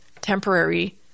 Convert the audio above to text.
temporary